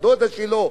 בת-דודה שלו,